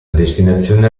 destinazione